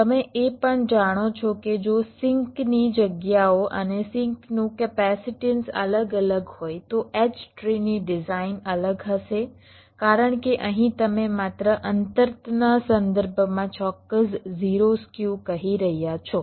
તમે એ પણ જાણો છો કે જો સિંકની જગ્યાઓ અને સિંકનું કેપેસિટન્સ અલગ અલગ હોય તો H ટ્રીની ડિઝાઇન અલગ હશે કારણ કે અહીં તમે માત્ર અંતરના સંદર્ભમાં ચોક્કસ 0 સ્ક્યુ કહી રહ્યા છો